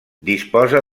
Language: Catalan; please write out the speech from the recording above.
disposa